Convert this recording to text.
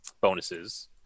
bonuses